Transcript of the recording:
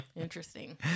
interesting